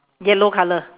yellow colour